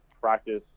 practice